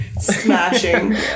smashing